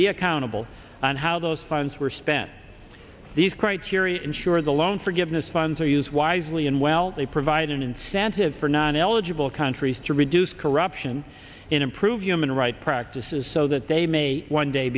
be accountable on how those funds were spent these criteria ensure the loan forgiveness funds are used wisely and well they provide an incentive for non eligible countries to reduce corruption improve human rights practices so that they may one day